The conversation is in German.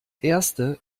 erste